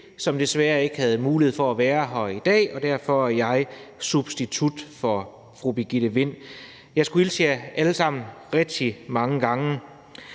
som desværre ikke havde mulighed for at være her i dag, og derfor er jeg substitut for fru Birgitte Vind. Jeg skal hilse jer alle sammen rigtig mange gange.